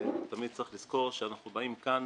שתמיד צריך לזכור שאנחנו באים כאן